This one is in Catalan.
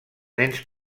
nens